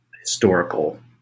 historical